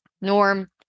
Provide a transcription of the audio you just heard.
Norm